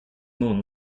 moon